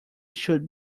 should